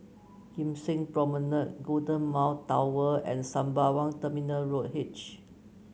Kim Seng Promenade Golden Mile Tower and Sembawang Terminal Road H